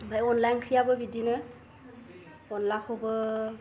ओमफ्राय अनला ओंख्रिआबो बिदिनो अनलाखौबो